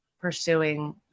pursuing